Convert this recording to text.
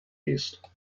east